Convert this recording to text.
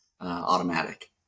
automatic